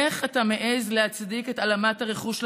איך אתה מעז להצדיק את העלמת הרכוש של